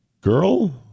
girl